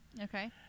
Okay